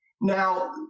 Now